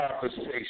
conversation